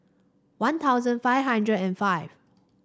One Thousand five hundred and five